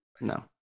No